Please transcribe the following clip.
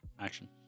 action